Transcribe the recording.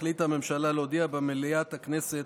החליטה הממשלה להודיע במליאת הכנסת